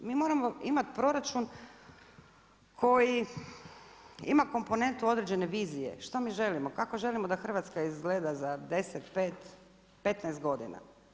Mi moramo imati proračun koji ima komponentu određene vizije, što mi želimo, kako želimo da Hrvatska izgleda za 10, 5, 15 godina.